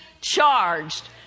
charged